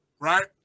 right